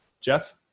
Jeff